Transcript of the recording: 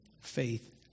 Faith